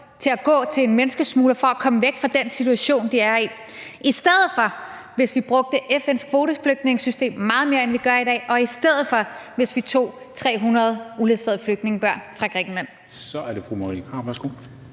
til at gå til en menneskesmugler for at komme væk fra den situation, de er i. I stedet for skulle vi bruge FN's kvoteflygtningesystem meget mere, end vi gør i dag, og tage 300 uledsagede flygtningebørn fra Grækenland. Kl. 16:54 Formanden